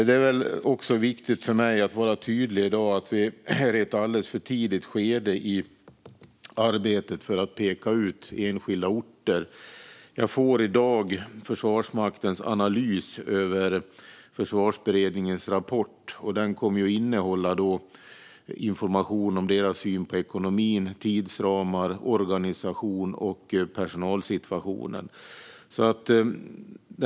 Det är också viktigt för mig att vara tydlig med att detta är ett alldeles för tidigt skede i arbetet för att peka ut enskilda orter. Jag får i dag Försvarsmaktens analys över Försvarsberedningens rapport. Den kommer att innehålla information om deras syn på ekonomi, tidsramar, organisation och personalsituation.